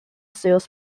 sales